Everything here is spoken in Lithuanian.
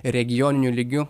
regioniniu lygiu